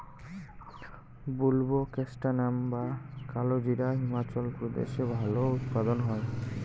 বুলবোকাস্ট্যানাম বা কালোজিরা হিমাচল প্রদেশে ভালো উৎপাদন হয়